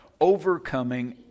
overcoming